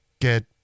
get